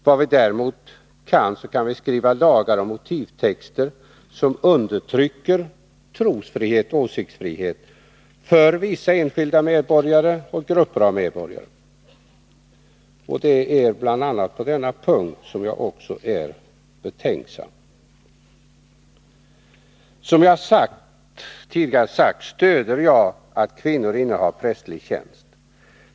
Vad vi däremot kan göra är att skriva lagar och motivtexter som undertrycker trosfrihet och åsiktsfrihet för vissa enskilda medborgare och grupper av medborgare. Det är bl.a. på denna punkt som jag är betänksam. Som jag tidigare sagt stöder jag tanken att kvinnan innehar prästerlig tjänst.